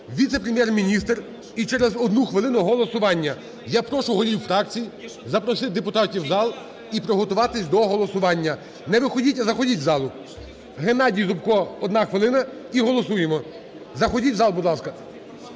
віце-прем'єр-міністр. І через одну хвилину голосування. Я прошу голів фракцій запросити депутатів у зал і приготуватись до голосування. Не виходіть, а заходіть у залу. Геннадій Зубко, одна хвилина. І голосуємо, заходіть у зал, будь ласка.